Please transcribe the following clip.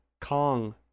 Kong